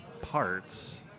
parts